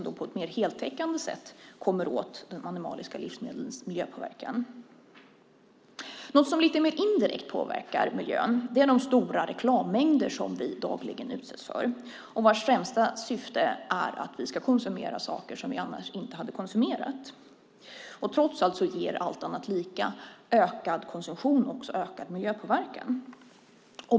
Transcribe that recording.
På ett mer heltäckande sätt kommer man då åt de animaliska livsmedlens miljöpåverkan. Något som lite mer indirekt påverkar miljön är de stora reklammängder som vi dagligen utsätts för och vilkas främsta syfte är att få oss att konsumera sådant som vi annars inte hade konsumerat. Trots allt ger en ökad konsumtion, allt annat lika, en ökad miljöpåverkan.